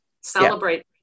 Celebrate